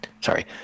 sorry